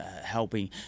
helping